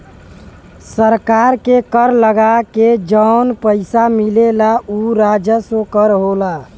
सरकार के कर लगा के जौन पइसा मिलला उ राजस्व कर होला